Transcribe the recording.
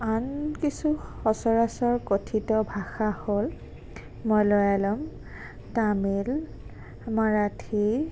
আন কিছু সচৰাচৰ কথিত ভাষা হ'ল মালয়ালম তামিল মাৰাঠী